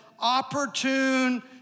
opportune